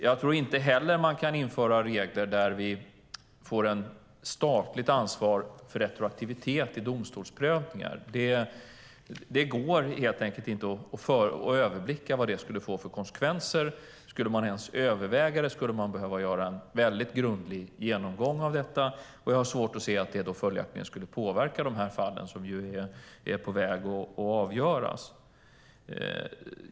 Jag tror inte heller att man kan införa regler där vi får ett statligt ansvar för retroaktivitet i domstolsprövningar. Det går helt enkelt inte att överblicka vad det skulle få för konsekvenser. Skulle man ens överväga det skulle man behöva göra en väldigt grundlig genomgång av detta. Och jag har följaktligen svårt att se att det skulle påverka de fall som är på väg att avgöras.